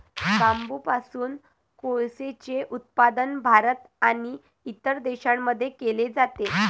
बांबूपासून कोळसेचे उत्पादन भारत आणि इतर देशांमध्ये केले जाते